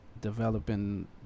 developing